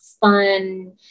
fun